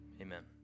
Amen